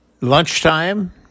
lunchtime